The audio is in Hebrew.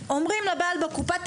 אומרים לבעל המקום בקופה,